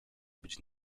być